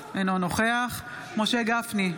אינו נוכח משה גפני,